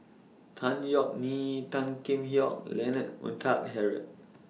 Tan Yeok Nee Tan Kheam Hock Leonard Montague Harrod